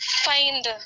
find